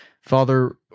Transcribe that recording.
Father